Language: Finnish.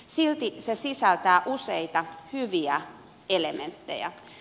silti se sisältää useita hyviä elementtejä